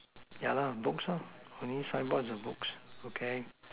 yeah lah books lah only signboard for books okay